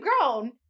grown